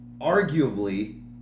Arguably